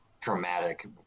dramatic